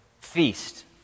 feast